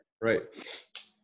Right